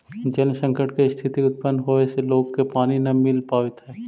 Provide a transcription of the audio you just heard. जल संकट के स्थिति उत्पन्न होवे से लोग के पानी न मिल पावित हई